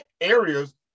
areas